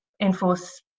enforce